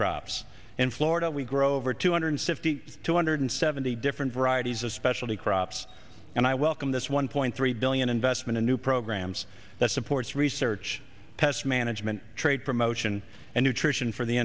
crops in florida we grow over two hundred fifty two hundred seventy different varieties of specialty crops and i welcome this one point three billion investment in new programs that supports research test management trade promotion and nutrition for the